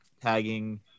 tagging